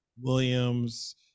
Williams